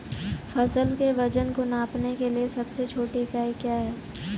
फसल के वजन को नापने के लिए सबसे छोटी इकाई क्या है?